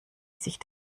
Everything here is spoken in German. sich